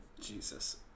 Jesus